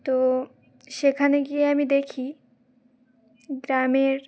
তো সেখানে গিয়ে আমি দেখি গ্রামের